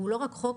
הוא לא רק חוק,